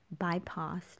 bypassed